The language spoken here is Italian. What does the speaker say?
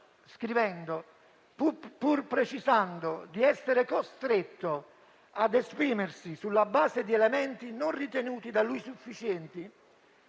Malan - pur precisando di essere costretto ad esprimersi sulla base di elementi non ritenuti da lui sufficienti